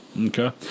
Okay